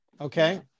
okay